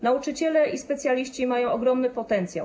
Nauczyciele i specjaliści mają ogromny potencjał.